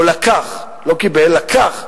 או לקח, לא קיבל, לקח,